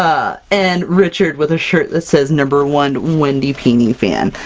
and richard with a shirt that says number one wendy pini fan!